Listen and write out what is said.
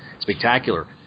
Spectacular